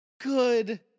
Good